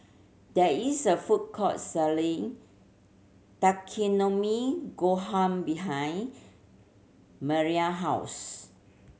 there is a food court selling Takikomi Gohan behind Maria house